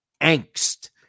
angst